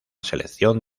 selección